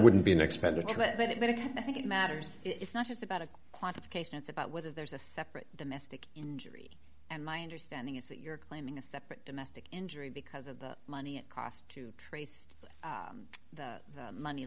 wouldn't be an expenditure but it but i think it matters it's not just about a quantification it's about whether there's a separate domestic injury and my understanding is that you're claiming a separate domestic injury because of the money it cost to raise the money